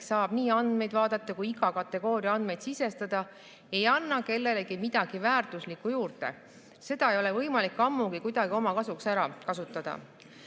saab nii andmeid vaadata kui ka iga kategooria andmeid sisestada, ei anna kellelegi midagi väärtuslikku juurde, seda ei ole ammugi võimalik kuidagi oma kasuks ära kasutada.